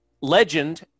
Legend